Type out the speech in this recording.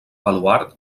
baluard